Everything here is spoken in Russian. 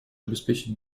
обеспечить